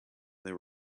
there